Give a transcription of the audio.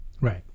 Right